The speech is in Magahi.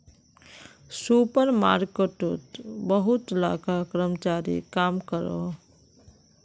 सुपर मार्केटोत बहुत ला कर्मचारी काम करोहो